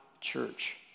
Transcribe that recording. church